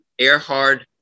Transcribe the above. erhard